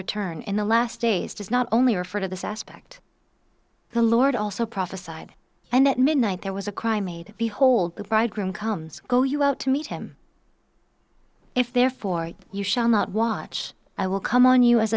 return in the last days does not only refer to this aspect the lord also prophesied and at midnight there was a cry made behold the bridegroom comes go you out to meet him if therefore you shall not watch i will come on you as